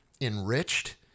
enriched